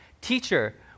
teacher